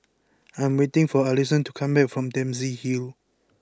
I am waiting for Alison to come back from Dempsey Hill